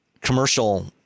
commercial